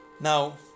Now